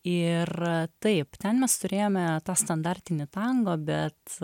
ir taip ten mes turėjome tą standartinį tango bet